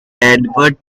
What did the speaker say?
edward